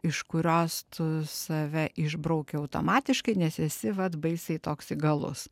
iš kurios tu save išbrauki automatiškai nes esi vat baisiai toks įgalus